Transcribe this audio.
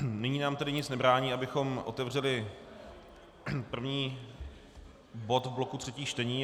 Nyní nám tedy nic nebrání, abychom otevřeli první bod z bloku třetích čtení.